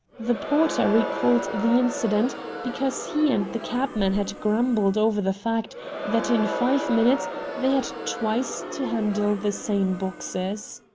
the porter recalled the incident because he and the cabman had grumbled over the fact that in five minutes they had twice to handle the same boxes.